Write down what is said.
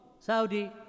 Saudi